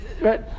right